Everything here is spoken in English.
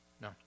No